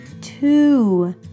two